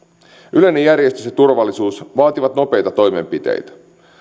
yleinen järjestys ja turvallisuus vaativat nopeita toimenpiteitä